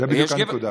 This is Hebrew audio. זאת בדיוק הנקודה.